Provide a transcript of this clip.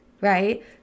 right